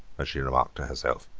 as she remarked to herself,